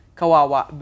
kawawa